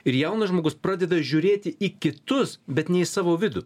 ir jaunas žmogus pradeda žiūrėti į kitus bet ne į savo vidų